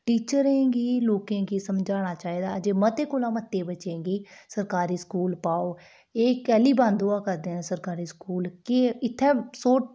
टीचरें गी लोकें गी समझाना चाहिदा ऐ जे मते कोला मते बच्चें गी सरकारी स्कूल पाओ एह् कैह्ली बंद होआ करदा ऐ सरकारी स्कूल केह् इत्थै